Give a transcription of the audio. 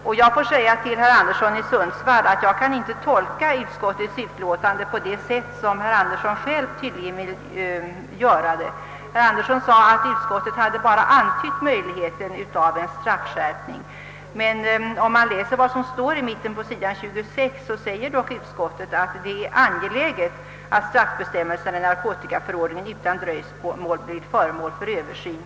Jag vill också säga till herr Anderson i Sundsvall att jag inte kan tolka utskottets utlåtande så som herr Ander son tydligen gör, när han säger att utskottet bara har antytt möjligheten av en straffskärpning. På s. 26 i utlåtandet skriver utskottet ändå att det synes utskottet angeläget, »att straffbestämmelserna i narkotikaförordningen utan dröjsmål blir föremål för översyn».